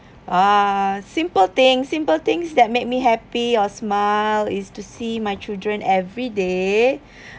uh simple things simple things that make me happy or smile is to see my children everyday